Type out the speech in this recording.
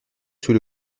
sous